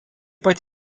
pat